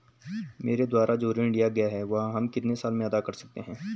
मेरे द्वारा जो ऋण लिया गया है वह हम कितने साल में अदा कर सकते हैं?